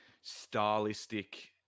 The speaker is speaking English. stylistic